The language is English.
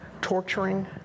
torturing